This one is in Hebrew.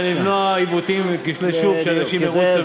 כדי למנוע עיוותים וכשלי שוק שאנשים ירוצו, בדיוק.